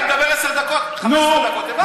אתה מדבר עשר דקות, 15 דקות, הבנתי.